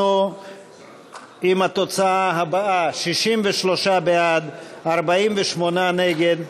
אנחנו עם התוצאה הבאה: 63 בעד, 48 נגד,